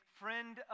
friend